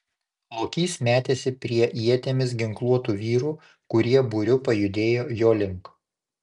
lokys metėsi prie ietimis ginkluotų vyrų kurie būriu pajudėjo jo link